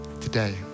Today